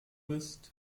ist